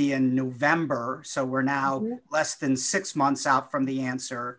be in november so we're now less than six months out from the answer